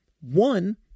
One